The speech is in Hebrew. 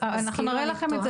אנחנו נראה לכם את זה.